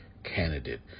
Candidate